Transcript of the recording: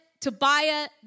Tobiah